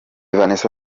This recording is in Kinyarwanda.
vanessa